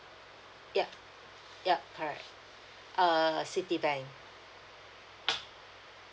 ya ya correct err citibank